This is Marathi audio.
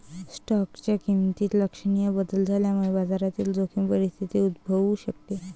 स्टॉकच्या किमतीत लक्षणीय बदल झाल्यामुळे बाजारातील जोखीम परिस्थिती उद्भवू शकते